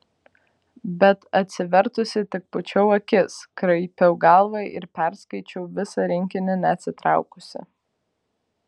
bet atsivertusi tik pūčiau akis kraipiau galvą ir perskaičiau visą rinkinį neatsitraukusi